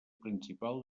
principal